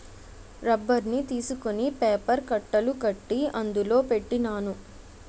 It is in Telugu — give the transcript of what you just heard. రబ్బర్ని తీసుకొని పేపర్ కట్టలు కట్టి అందులో పెట్టినాను